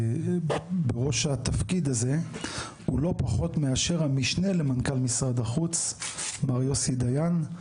בראש התפקיד הזה הוא לא פחות מאשר המשנה למנכ"ל משרד החוץ מר יוסי דיין.